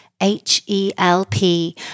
H-E-L-P